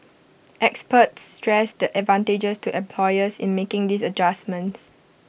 experts stressed the advantages to employers in making these adjustments